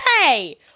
Hey